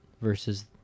Versus